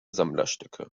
sammlerstücke